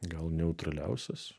gal neutraliausias